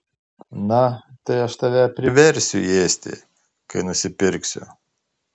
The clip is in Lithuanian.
na tai aš tave priversiu ėsti kai nusipirksiu